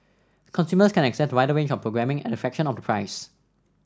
consumers can access a wider range of programming at a fraction of price